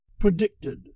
Predicted